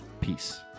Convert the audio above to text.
Peace